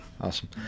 awesome